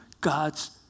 God's